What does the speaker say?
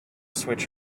switch